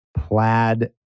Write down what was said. plaid